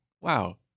wow